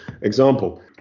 example